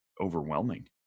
overwhelming